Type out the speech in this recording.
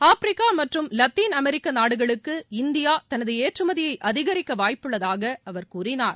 Africa மற்றும் இலத்தீன் அமெரிக்க நாடுகளுக்கு இந்தியா தனது ஏற்றுமதியை அதிகரிக்க வாய்ப்புள்ளதாக அவர் கூறினார்